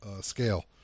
scale